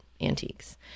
antiques